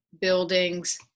buildings